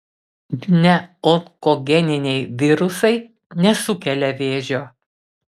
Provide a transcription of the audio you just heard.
neonkogeniniai virusai nesukelia vėžio